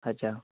अच्छा